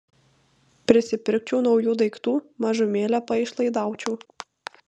prisipirkčiau naujų daiktų mažumėlę paišlaidaučiau